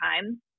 time